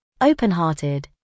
open-hearted